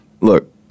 Look